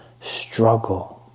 struggle